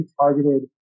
targeted